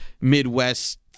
Midwest